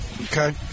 okay